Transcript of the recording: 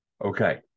Okay